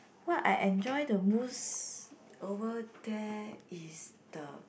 what I enjoy the most over there is the